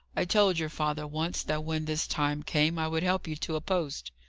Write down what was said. i told your father once, that when this time came, i would help you to a post.